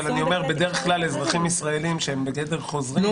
אבל בדרך כלל אזרחים ישראליים שהם בגדר חוזרים לא